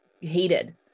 hated